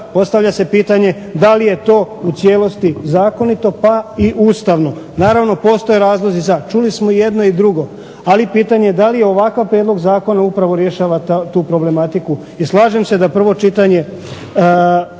Postavlja se pitanje da li je to u cijelosti zakonito pa i ustavno. Naravno, postoje razlozi za. Čuli smo i jedno i drugo. Ali pitanje je da li ovakav prijedlog zakona upravo rješava tu problematiku. I slažem se da prvo čitanje